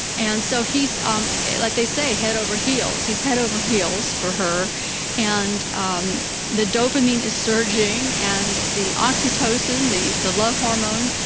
and so he's um like they say head over heels, he's head over heels for her and um the the dopamine is surging, and the oxytocin, the the love hormone,